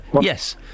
Yes